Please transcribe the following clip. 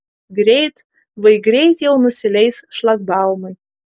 greit vai greit jau nusileis šlagbaumai